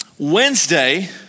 Wednesday